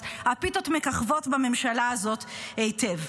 אז הפיתות מככבות בממשלה הזאת היטב.